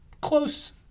close